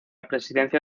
presidencia